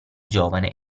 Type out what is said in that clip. giovane